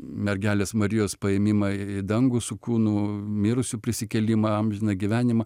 mergelės marijos paėmimą į dangų su kūnu mirusių prisikėlimą amžiną gyvenimą